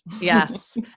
Yes